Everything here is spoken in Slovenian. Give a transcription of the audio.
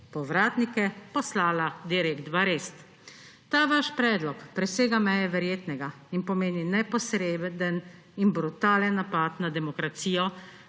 povratnike poslala direkt v arest. Ta vaš predlog presega meje verjetnega in pomeni neposreden in brutalen napad na demokracijo,